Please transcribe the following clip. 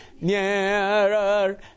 Nearer